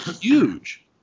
huge